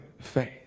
faith